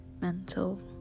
mental